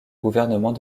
gouvernement